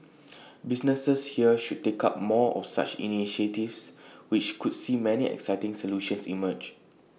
businesses here should take up more of such initiatives which could see many exciting solutions emerge